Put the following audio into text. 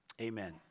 Amen